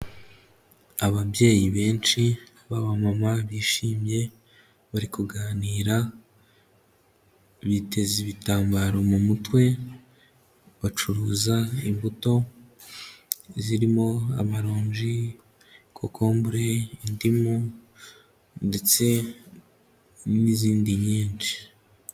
Ababyeyi benshi b'abamama bishimye, bari kuganira, biteze ibitambaro mu mutwe, bacuruza imbuto zirimo amaronji, kokombure, indimu ndetse n'izindi nyinshi.